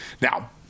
Now